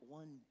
one